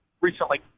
Recently